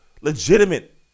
legitimate